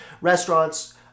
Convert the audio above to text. restaurants